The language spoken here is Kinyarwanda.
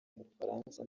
bufaransa